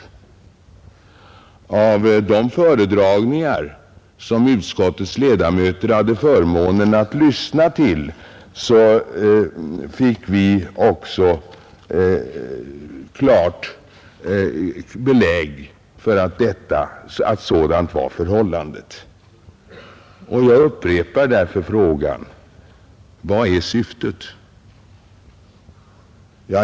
Under de föredragningar som utskottets ledamöter hade förmånen att lyssna till fick vi också klart belägg för att så var förhållandet. Jag upprepar därför frågan: Vad är syftet?